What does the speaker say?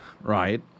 right